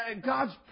God's